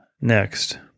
next